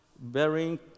bearing